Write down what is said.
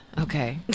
okay